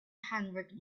hundred